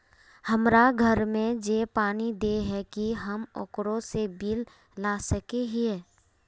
हमरा घर में जे पानी दे है की हम ओकरो से बिल ला सके हिये?